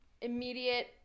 immediate